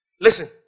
Listen